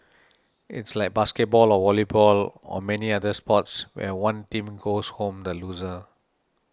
it's like basketball or volleyball or many other sports where one team goes home the loser